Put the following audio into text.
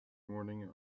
morning